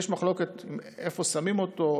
יש מחלוקת איפה שמים אותו,